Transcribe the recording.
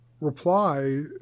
reply